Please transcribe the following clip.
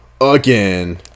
again